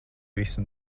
visu